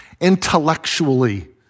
intellectually